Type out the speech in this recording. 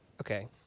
Okay